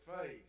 faith